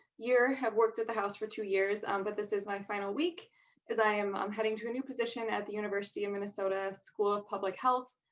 you're have worked at the house for two years. um but this is my final week as i am i'm heading to any position at the university of minnesota school of public health.